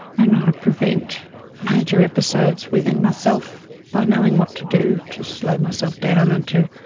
and i prevent major episodes within myself by knowing what to do to slow myself down and to